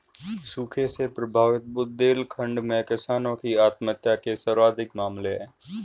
सूखे से प्रभावित बुंदेलखंड में किसानों की आत्महत्या के सर्वाधिक मामले है